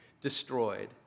destroyed